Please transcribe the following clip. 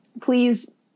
Please